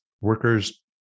workers